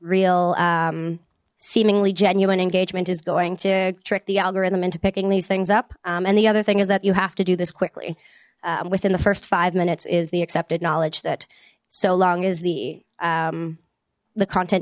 real seemingly genuine engagement is going to trick the algorithm into picking these things up and the other thing is that you have to do this quickly within the first five minutes is the accepted knowledge that so long as the the content